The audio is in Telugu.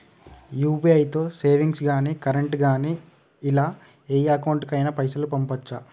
యూ.పీ.ఐ తో సేవింగ్స్ గాని కరెంట్ గాని ఇలా ఏ అకౌంట్ కైనా పైసల్ పంపొచ్చా?